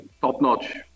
top-notch